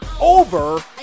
over